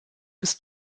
bis